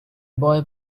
boy